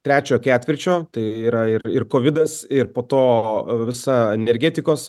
trečio ketvirčio tai yra ir ir kovidas ir po to visa energetikos